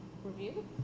Review